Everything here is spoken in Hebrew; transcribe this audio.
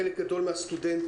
חלק גדול מהסטודנטים,